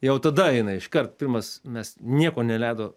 jau tada jinai iškart pirmas mes nieko neleido